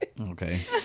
Okay